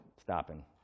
stopping